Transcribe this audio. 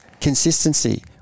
Consistency